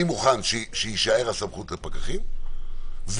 אני מוכן שתישאר הסמכות לפקחים ולשוטרים,